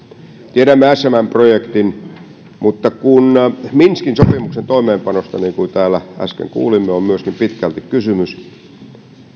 tiedämme smm projektin mutta kun minskin sopimuksen toimeenpanosta niin kuin täällä äsken kuulimme on myöskin pitkälti kysymys